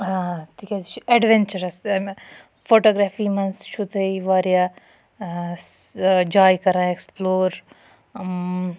تکیازِ یہِ چھُ ایٚڈونچرس فوٹوگریفی مَنٛز چھو تُہۍ واریاہ جایہِ کَران ایٚکسپلور